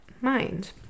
mind